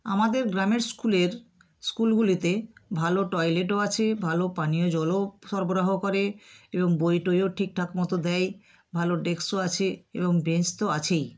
আমাদের গ্রামের স্কুলের স্কুলগুলিতে ভালো টয়লেটও আছে ভালো পানীয় জলও সরবরাহ করে এবং বই টইও ঠিকঠাক মতো দেয় ভালো ডেস্কও আছে এবং বেঞ্চ তো আছেই